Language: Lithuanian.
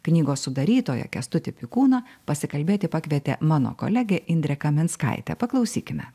knygos sudarytoją kęstutį pikūną pasikalbėti pakvietė mano kolegė indrė kaminskaitė paklausykime